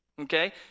okay